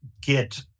get